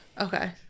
Okay